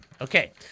Okay